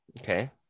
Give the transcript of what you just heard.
Okay